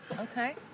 Okay